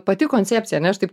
pati koncepcija ane aš taip